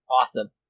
Awesome